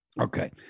Okay